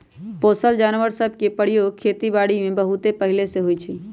पोसल जानवर सभ के प्रयोग खेति बारीमें बहुते पहिले से होइ छइ